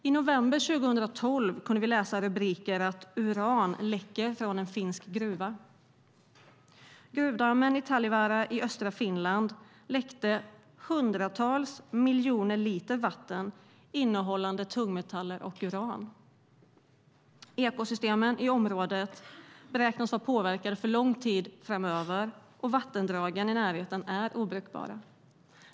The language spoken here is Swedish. I november 2012 kunde vi läsa rubriker om att uran läcker från en finsk gruva. Gruvdammen i Talvivaara i östra Finland läckte hundratals miljoner liter vatten innehållande tungmetaller och uran. Ekosystemen i området beräknas vara påverkade för lång tid framöver, och vattendragen i närheten är obrukbara.